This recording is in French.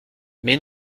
mais